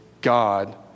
God